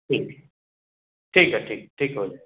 ठीक ठीक है ठीक ठीक हो